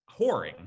whoring